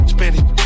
Spanish